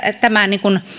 tämä